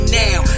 now